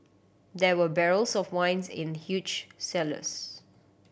there were barrels of wines in huge cellars